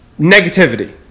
negativity